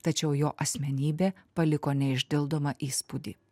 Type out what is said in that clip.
tačiau jo asmenybė paliko neišdildomą įspūdį